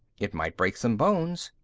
it might break some bones.